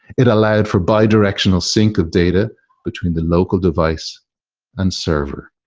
it allowed for bidirectional sync of data between the local device and server.